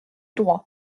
droit